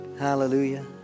Hallelujah